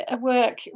work